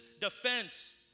defense